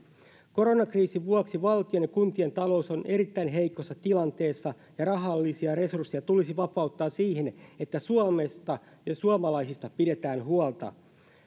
koronakriisin vuoksi valtion ja kuntien talous on erittäin heikossa tilanteessa ja rahallisia resursseja tulisi vapauttaa siihen että suomesta ja suomalaisista pidetään huolta